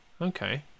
Okay